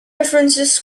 references